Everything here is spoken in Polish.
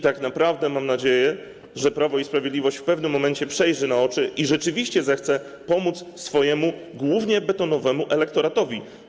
Tak naprawdę mam nadzieję, że Prawo i Sprawiedliwość w pewnym momencie przejrzy na oczy i rzeczywiście zechce pomóc swojemu głównie betonowemu elektoratowi.